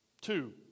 Two